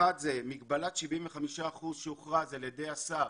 אחת, מגבלת 75% שהוכרזה על ידי השר